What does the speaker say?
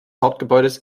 hauptgebäudes